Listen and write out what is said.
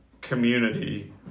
community